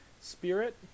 spirit